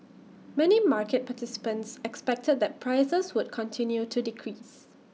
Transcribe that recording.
many market participants expected that prices would continue to decrease